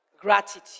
Gratitude